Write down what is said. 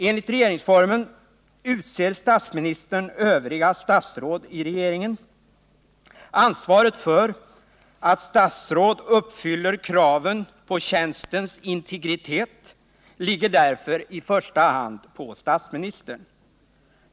Enligt regeringsformen utser statsministern övriga statsråd i regeringen. Ansvaret för att statsråd uppfyller kraven på tjänstens integritet åvilar därför i första hand statsministern.